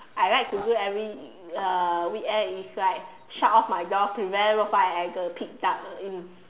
I like to do every uh weekend is right shut off my door prevent Rou-Fa to enter and pitch dark in